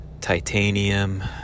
titanium